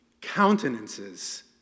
countenances